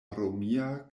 romia